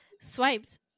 Swiped